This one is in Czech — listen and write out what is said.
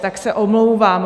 Tak se omlouvám.